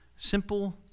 Simple